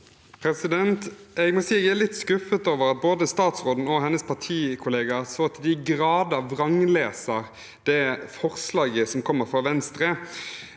Jeg er litt skuffet over at både statsråden og hennes partikolleger så til de grader vrangleser det forslaget som kommer fra Venstre